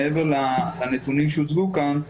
מעבר לנתונים שהוצגו כאן,